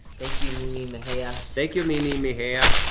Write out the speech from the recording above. thank you mimi mejia. thank you mimi mejia.